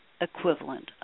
equivalent